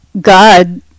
God